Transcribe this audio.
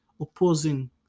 opposing